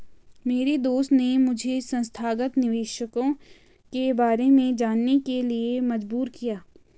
मेरे दोस्त ने मुझे संस्थागत निवेशकों के बारे में जानने के लिए मजबूर किया